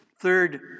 Third